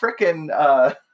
frickin' –